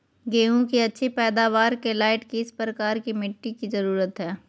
गेंहू की अच्छी पैदाबार के लाइट किस प्रकार की मिटटी की जरुरत है?